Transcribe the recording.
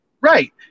Right